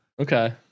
Okay